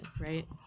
right